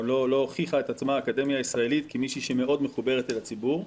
או שהאקדמיה הישראלית לא הוכיחה את עצמה כמישהי שמאוד מחוברת לציבור.